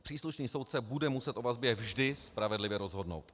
Příslušný soudce bude muset o vazbě vždy spravedlivě rozhodnout.